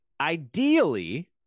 Ideally